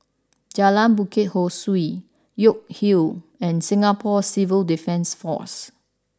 Jalan Bukit Ho Swee York Hill and Singapore Civil Defence Force